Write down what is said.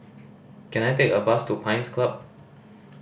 can I take a bus to Pines Club